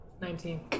Nineteen